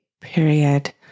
period